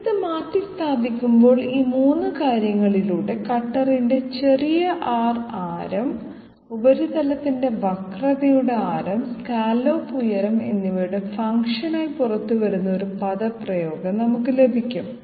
ഇത് മാറ്റിസ്ഥാപിക്കുമ്പോൾ ഈ 3 കാര്യങ്ങളുടെ കട്ടറിന്റെ ചെറിയ r ആരം ഉപരിതലത്തിന്റെ വക്രതയുടെ ആരം സ്കല്ലോപ്പ് ഉയരം എന്നിവയുടെ ഫംഗ്ഷനായി പുറത്തുവരുന്ന ഒരു പദപ്രയോഗം നമുക്ക് ലഭിക്കും